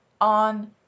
on